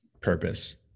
purpose